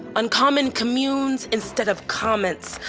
uncommon communes instead of comments.